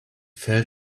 fell